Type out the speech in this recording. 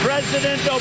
President